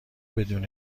بدون